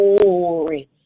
glory